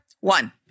one